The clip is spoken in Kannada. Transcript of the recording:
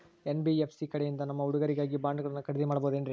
ಎನ್.ಬಿ.ಎಫ್.ಸಿ ಕಡೆಯಿಂದ ನಮ್ಮ ಹುಡುಗರಿಗಾಗಿ ಬಾಂಡುಗಳನ್ನ ಖರೇದಿ ಮಾಡಬಹುದೇನ್ರಿ?